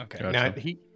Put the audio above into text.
Okay